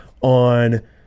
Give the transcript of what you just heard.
on